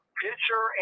pitcher